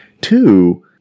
Two